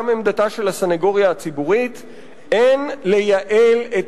גם עמדתה של הסניגוריה הציבורית: אין לייעל את